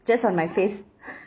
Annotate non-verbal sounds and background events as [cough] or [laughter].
just on my face [noise]